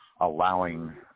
allowing